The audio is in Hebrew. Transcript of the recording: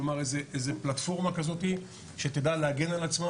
כלומר פלטפורמה כזאת שתדע להגן על עצמה